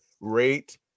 rate